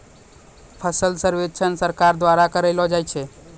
फसल सर्वेक्षण सरकार द्वारा करैलो जाय छै